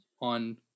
on